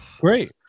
Great